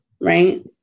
Right